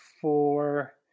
four